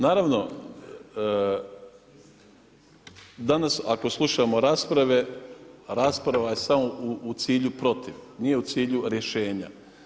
Naravno, danas, ako slušamo rasprave, rasprave je samo u cilju protiv, nije u cilju rješenja.